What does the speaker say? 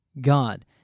God